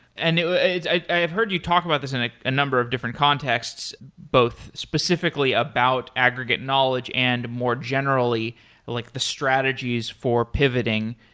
and i have heard you talk about this in a number of different contexts, both specifically about aggregate knowledge and more generally like the strategies for pivoting.